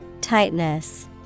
Tightness